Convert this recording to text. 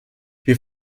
wir